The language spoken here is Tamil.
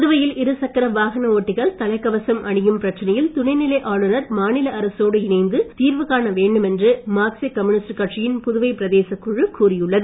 புதுவையில் இருசக்கர வாகன ஓட்டிகள் தலைக்கவசம் அணியும் பிரச்சனையில் துணைநிலை ஆளுநர் மாநில அரசோடு இணைந்து தீர்வு காண வேண்டும் என்று மார்க்சீய கம்யூனிஸ்ட் கட்சியின் புதுவை பிரதேசக் குழு கூறியுள்ளது